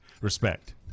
Respect